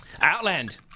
Outland